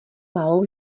malou